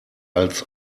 als